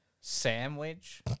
sandwich